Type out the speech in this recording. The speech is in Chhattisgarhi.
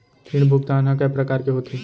ऋण भुगतान ह कय प्रकार के होथे?